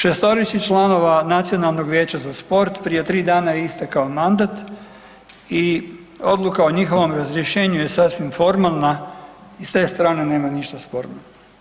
Šestorici članova Nacionalnog vijeća za sport prije tri dana je istekao mandat i odluka o njihovom razrješenju je sasvim formalna i s te strane nema ništa sporno.